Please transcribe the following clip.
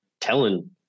telling